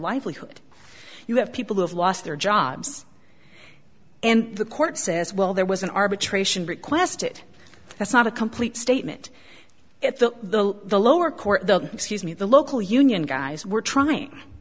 livelihood you have people who have lost their jobs and the court says well there was an arbitration requested that's not a complete statement at the the lower court excuse me the local union guys were